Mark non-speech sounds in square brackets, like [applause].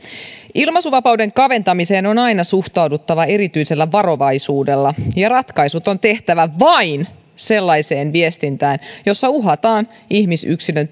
ilmaisuvapauden kaventamiseen on aina suhtauduttava erityisellä varovaisuudella ja ratkaisut on tehtävä vain sellaiseen viestintään jossa uhataan ihmisyksilön [unintelligible]